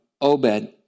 Obed